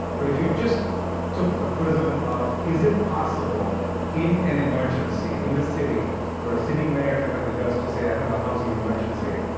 but if you just took a prism of is it possible in an emergency in a city for a city mayor to have the guts to say i have a housing emergency.